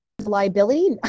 liability